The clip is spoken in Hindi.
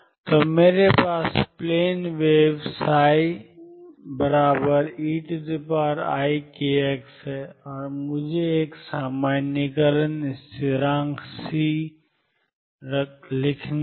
तो मेरे पास प्लेन वेव ψeikx है और मुझे एक सामान्यीकरण स्थिरांक C रखने दें